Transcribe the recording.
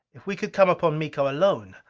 if we could come upon miko alone!